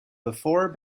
before